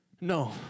No